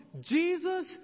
Jesus